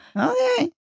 Okay